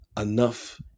enough